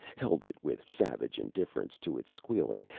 held it with savage indifference to its squealing,